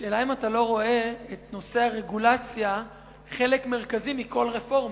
השאלה אם אתה לא רואה את נושא הרגולציה כחלק מרכזי מכל רפורמה.